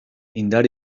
indar